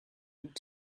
本质